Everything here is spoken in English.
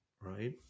right